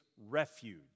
refuge